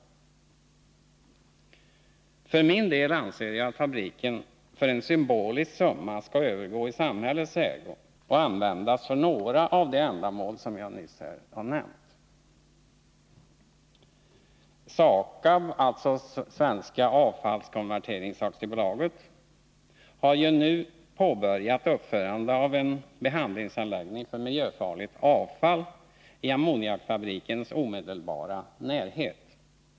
Fredagen den För min del anser jag att fabriken för en symbolisk summa skall övergå i 27 november 1981 samhällets ägo och användas för några av de ändamål som jag nyss här har - nämnt. SAKAB, alltså Svensk Avfallskonvertering AB, har ju nu påbörjat uppförande av en behandlingsanläggning för miljöfarligt avfall i ammoniakfabrikens omedelbara närhet.